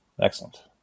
Excellent